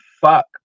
fuck